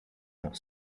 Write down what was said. not